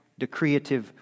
decreative